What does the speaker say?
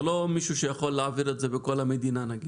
זה לא מישהו שיכול להעביר את זה בכל המדינה.